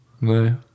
No